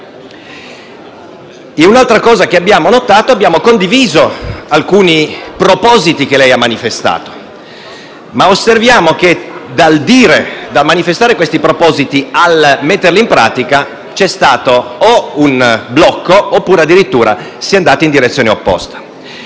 Un altro punto è che noi abbiamo condiviso alcuni propositi che lei ha manifestato ma poi osserviamo che, dal manifestare questi propositi al metterli in pratica, c'è stato o un blocco oppure, addirittura, si è andati in direzione opposta.